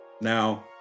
Now